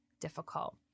difficult